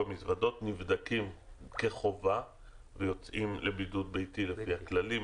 המזוודות ונבדקים כחובה ויוצאים לבידוד ביתי לפי הכללים,